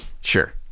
Sure